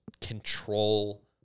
control